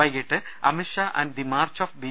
വൈകീട്ട് Amit Shah and the march of B